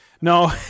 No